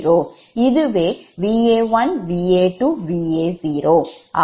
இதுவே Va1 Va2Va0